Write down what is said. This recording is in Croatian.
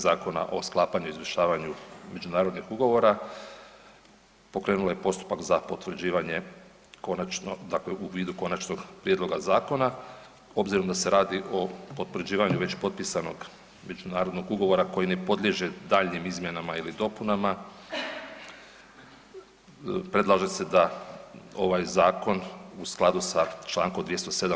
Zakona o sklapanju i izvršavanju međunarodnih ugovora pokrenula je postupak za potvrđivanje, dakle u vidu konačnog prijedloga zakona obzirom da se radi o potvrđivanju već potpisanog međunarodnog ugovora koji ne podliježe daljnjim izmjenama ili dopunama, predlaže se da ovaj zakon u skladu sa čl. 207.